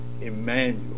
Emmanuel